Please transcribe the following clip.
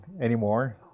anymore